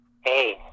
Hey